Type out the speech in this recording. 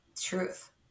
Truth